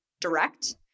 direct